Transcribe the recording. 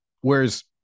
whereas